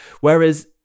Whereas